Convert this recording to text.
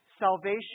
Salvation